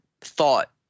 thought